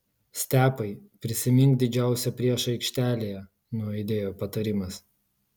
stepai prisimink didžiausią priešą aikštelėje nuaidėjo patarimas